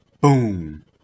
Boom